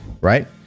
right